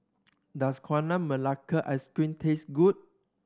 does Gula Melaka Ice Cream taste good